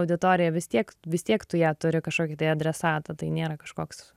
auditoriją vis tiek vis tiek tu ją turi kažkokį tai adresatą tai nėra kažkoks